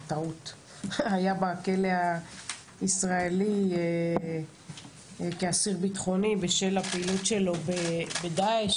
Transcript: היה בכלא הישראלי כאסיר ביטחוני בשל הפעילות שלו בדאעש.